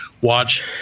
Watch